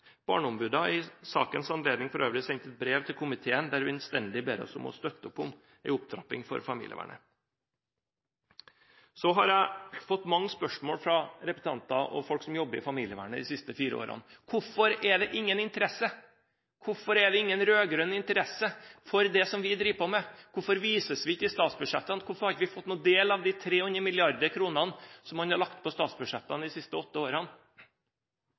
Barneombudet har for øvrig i sakens anledning sendt et brev til komiteen der hun innstendig ber oss om å støtte opp om en opptrapping av familievernet. Jeg har de siste fire årene fått mange spørsmål fra representanter og folk som jobber i familievernet: Hvorfor er det ingen interesse? Hvorfor er det ingen rød-grønn interesse for det vi driver med? Hvorfor vises vi ikke i statsbudsjettene? Hvorfor har vi ikke fått en del av de 300 mrd. kr som man har lagt på statsbudsjettene de siste åtte årene?